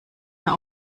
mehr